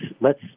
lets